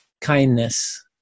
kindness